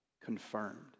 confirmed